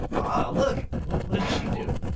oh, look! what what did she do?